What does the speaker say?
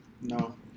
No